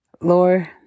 Lord